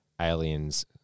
aliens